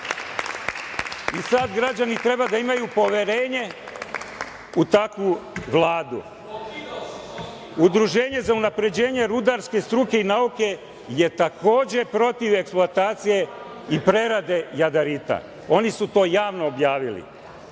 I sada građani treba da imaju poverenje u takvu Vladu. Udruženje za unapređenje rudarske struke i nauke je takođe protiv eksploatacije i prerade jadarita. Oni su to javno objavili.